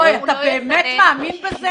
אוי, אתה באמת מאמין בזה?